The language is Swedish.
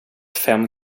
fem